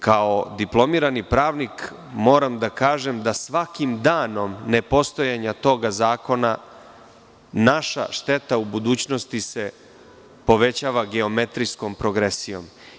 Kao diplomirani pravnik moram da kažem da svakim danom nepostojanja tog zakona naša šteta u budućnosti se povećava geometrijskom progresijom.